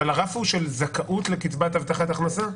אבל הרף הוא של זכאות לקצבת הבטחת הכנסה?